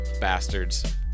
Bastards